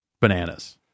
Bananas